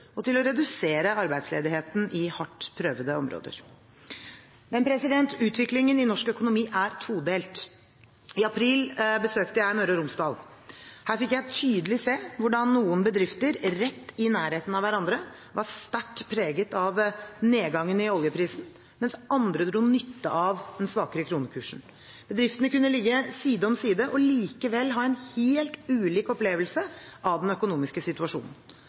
og til å redusere arbeidsledigheten i hardt prøvede områder. Men utviklingen i norsk økonomi er todelt. I april besøkte jeg Møre og Romsdal. Her fikk jeg tydelig se hvordan noen bedrifter, rett i nærheten av hverandre, var sterkt preget av nedgangen i oljeprisen, mens andre dro nytte av den svakere kronekursen. Bedriftene kunne ligge side om side og likevel ha en helt ulik opplevelse av den økonomiske situasjonen.